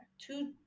two